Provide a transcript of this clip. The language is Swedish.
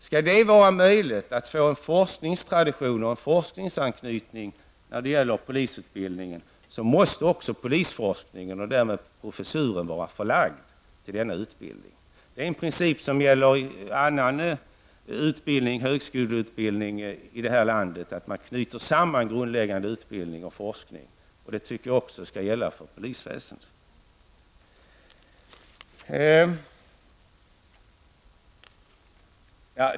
Om det skall vara möjligt att få en forskningstradition och forskningsanknytning när det gäller polisutbildningen måste polisforskningen och därmed även professuren vara förlagd till polishögskolan. Det är en princip som gäller andra högskoleutbildningar i detta land. Man knyter samman grundläggande utbildning och forskning. Det tycker jag också skall gälla för polisväsendet.